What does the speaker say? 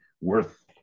worth